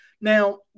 Now